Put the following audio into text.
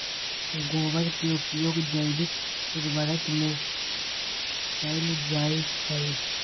गोबर के उपयोग जैविक उर्वरक में कैएल जाई छई